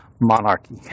monarchy